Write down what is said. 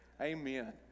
amen